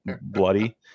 bloody